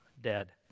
dead